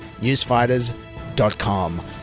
newsfighters.com